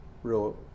real